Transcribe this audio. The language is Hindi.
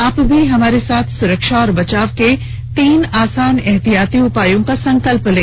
आप भी हमारे साथ सुरक्षा और बचाव के तीन आसान एहतियाती उपायों का संकल्प लें